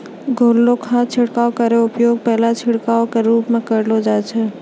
घोललो खाद छिड़काव केरो उपयोग पहलो छिड़काव क रूप म करलो जाय छै